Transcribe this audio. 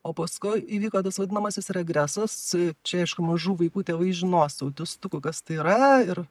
o paskui įvyko tas vadinamasis regresas čia aišku mažų vaikų tėvai žinos autistukų kas tai yra ir